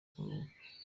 kuruhuka